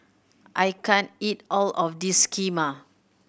I can't eat all of this Kheema